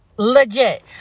legit